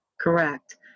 Correct